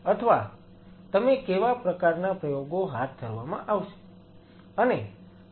અથવા તેમાં કેવા પ્રકારના પ્રયોગો હાથ ધરવામાં આવશે